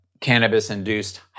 cannabis-induced